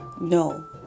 no